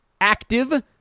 active